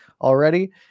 already